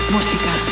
Música